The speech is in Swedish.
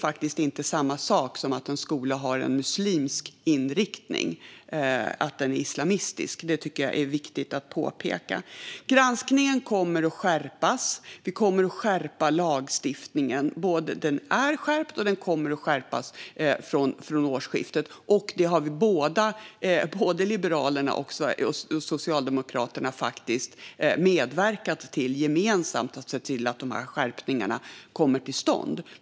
Att en skola har en muslimsk inriktning är inte samma sak som att den är islamistisk. Det tycker jag är viktigt att påpeka. Granskningen kommer att skärpas. Lagstiftningen har skärpts, och vi kommer att skärpa den ytterligare från årsskiftet. Liberalerna och Socialdemokraterna har gemensamt medverkat till att de här skärpningarna kommer till stånd.